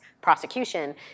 prosecution